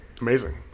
Amazing